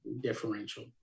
differential